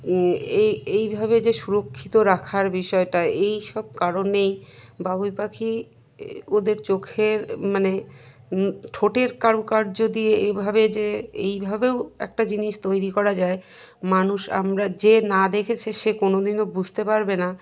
এই এইভাবে যে সুরক্ষিত রাখার বিষয়টা এই সব কারণেই বাবুই পাখি ওদের চোখের মানে ঠোঁটের কারুকার্য দিয়ে এভাবে যে এইভাবেও একটা জিনিস তৈরি করা যায় মানুষ আমরা যে না দেখেছে সে কোনো দিনও বুঝতে পারবে না